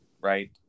right